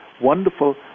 wonderful